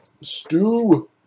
stew